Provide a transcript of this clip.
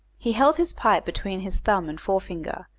he held his pipe between his thumb and forefinger,